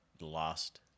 Lost